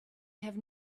had